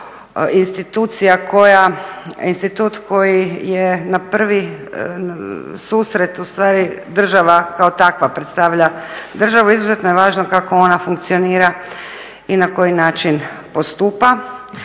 institucija koja, institut koji je na prvi susret ustvari država kao takva, predstavlja državu, izuzetno je važno kako ona funkcionira i na koji način postupa.